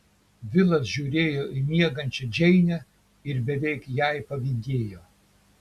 vilas žiūrėjo į miegančią džeinę ir beveik jai pavydėjo